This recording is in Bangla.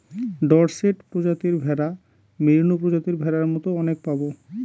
ডরসেট প্রজাতির ভেড়া, মেরিনো প্রজাতির ভেড়ার মতো অনেক পাবো